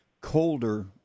colder